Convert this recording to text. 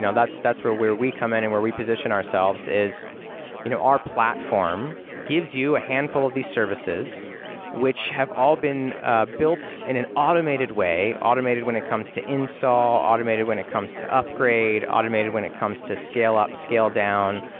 that's that's where where we come in and where we position ourselves, is you know our platform gives you handful of these services which have all been ah built in an automated way, automated when it comes to install, automated when it comes to upgrade, automated when it comes to scale up, scale down,